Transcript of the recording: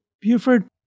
Buford